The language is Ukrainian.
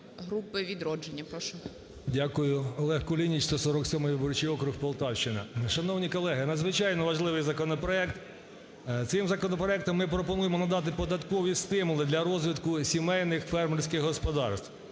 Дякую. Олег Кулініч, 147 виборчий округ, Полтавщина. Шановні колеги! Надзвичайно важливий законопроект. Цим законопроектом ми пропонуємо надати податкові стимули для розвитку сімейних фермерських господарств.